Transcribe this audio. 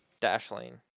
Dashlane